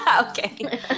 Okay